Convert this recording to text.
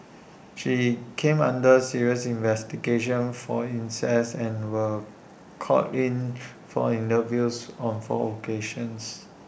she came under serious investigation for incest and were called in for interviews on four occasions